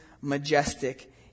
majestic